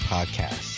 Podcast